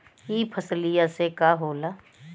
ई फसलिया से का होला?